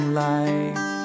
life